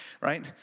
right